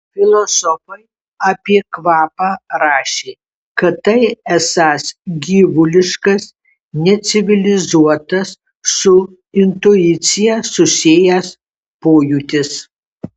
filosofai apie kvapą rašė kad tai esąs gyvuliškas necivilizuotas su intuicija susijęs pojūtis